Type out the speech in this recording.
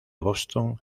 boston